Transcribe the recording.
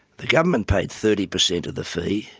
the government paid thirty percent of the fee,